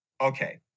Okay